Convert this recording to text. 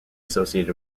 associated